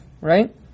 right